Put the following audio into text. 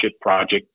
project